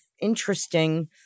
interesting